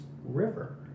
river